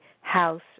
house